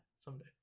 Someday